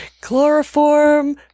Chloroform